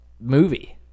movie